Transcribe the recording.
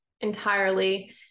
entirely